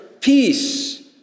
peace